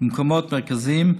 במקומות מרכזיים,